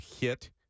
hit